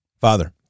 Father